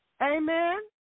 Amen